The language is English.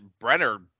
Brenner